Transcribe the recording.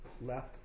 left